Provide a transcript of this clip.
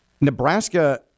Nebraska